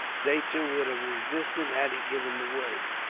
they, too, would have resisted, had he given the word,